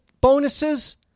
bonuses